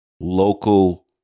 local